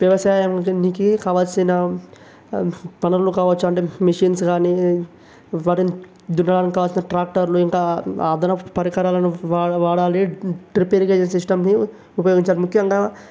వ్యవసాయానికి కావాల్సిన వనరులు కావచ్చు అంటే మిషన్స్ కానీ వాటిని దున్నడానికి కావలసిన ట్రాక్టర్లు ఇంకా అదనపు పరికరాలను వాడాలి డ్రిప్ ఇరిగేషన్ సిస్టమ్ని ఉపయోగించాలి ముఖ్యంగా